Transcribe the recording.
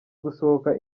gusohoka